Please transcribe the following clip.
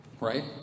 right